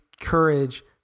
courage